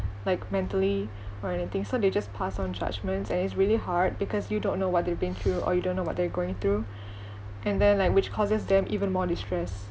like mentally or anything so they just pass on judgments and it's really hard because you don't know what they've been through or you don't know what they're going through and then like which causes them even more distress